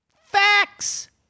Facts